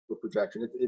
projection